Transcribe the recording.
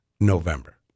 November